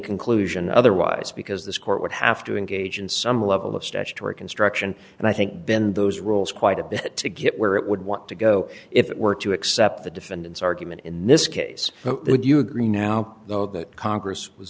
conclusion otherwise because this court would have to engage in some level of statutory construction and i think bend those rules quite a bit to get where it would want to go if it were to accept the defendant's argument in this case would you agree now that congress was